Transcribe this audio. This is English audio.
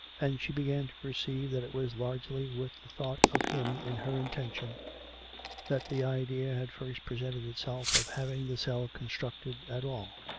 and she began to perceive that it was largely with the thought of him in her intention that the idea had first presented itself of having the cell constructed at all.